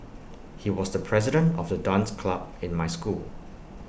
he was the president of the dance club in my school